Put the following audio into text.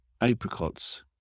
apricots